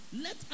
Let